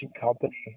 company